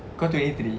kau twenty three